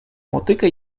motykę